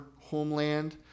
homeland